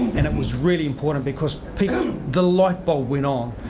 and it was really important because people, the light bulb went on,